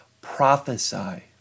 prophesy